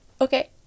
Okay